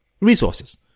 resources